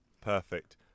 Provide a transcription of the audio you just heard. Perfect